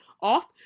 off